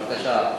בבקשה.